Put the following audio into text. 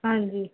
ਹਾਂਜੀ